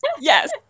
Yes